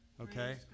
okay